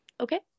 Okay